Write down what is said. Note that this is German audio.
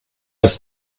ist